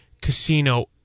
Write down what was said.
casino